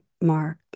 Mark